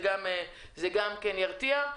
זה גם כן ירתיע.